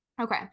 Okay